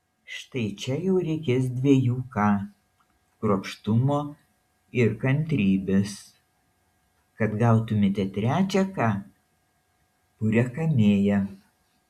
štai čia jau reikės dviejų k kruopštumo ir kantrybės kad gautumėte trečią k purią kamėją